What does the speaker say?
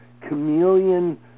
chameleon